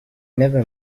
never